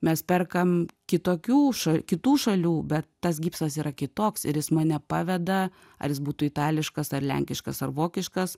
mes perkam kitokių ša kitų šalių bet tas gipsas yra kitoks ir jis mane paveda ar jis būtų itališkas ar lenkiškas ar vokiškas